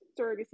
surrogacy